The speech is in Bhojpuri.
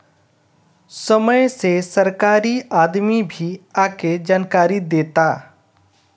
समय से सरकारी आदमी भी आके जानकारी देता